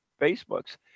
Facebooks